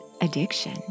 addiction